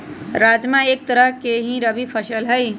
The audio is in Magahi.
राजमा एक तरह के ही रबी फसल हई